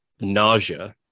nausea